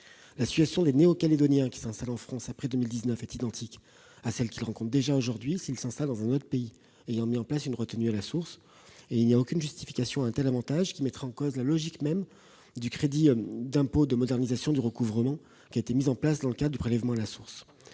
La situation des Néo-Calédoniens qui s'installeront en métropole après 2019 est identique à celle qu'ils rencontrent déjà aujourd'hui s'ils s'installent dans un autre pays ayant mis en place une retenue à la source. Il n'existe aucune justification à un tel avantage, qui remettrait en cause la logique même du crédit d'impôt de modernisation du recouvrement mis en place dans le cadre du prélèvement à la source.